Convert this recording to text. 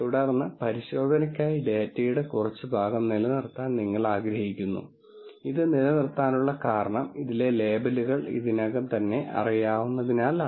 തുടർന്ന് പരിശോധനയ്ക്കായി ഡാറ്റയുടെ കുറച്ച് ഭാഗം നിലനിർത്താൻ നിങ്ങൾ ആഗ്രഹിക്കുന്നു ഇത് നിലനിർത്താനുള്ള കാരണം ഇതിലെ ലേബലുകൾ ഇതിനകം തന്നെ അറിയാവുന്നതിനാലാണ്